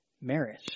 marriage